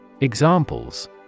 Examples